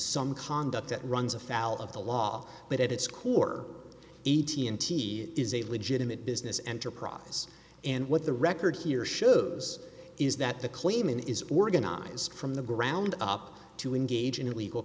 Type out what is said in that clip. some conduct that runs afoul of the law but at its core a t m t is a legitimate business enterprise and what the record here shows is that the claim is organized from the ground up to engage in illegal